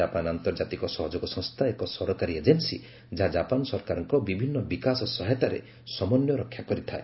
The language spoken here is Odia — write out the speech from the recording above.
ଜାପାନ ଆନ୍ତର୍ଜାତିକ ସହଯୋଗ ସଂସ୍ଥା ଏକ ସରକାରୀ ଏଜେନ୍ସୀ ଯାହା ଜାପାନ ସରକାରଙ୍କ ବିଭିନ୍ନ ବିକାଶ ସହାୟତାରେ ସମନ୍ୱୟ ରକ୍ଷା କରିଥାଏ